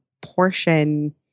portion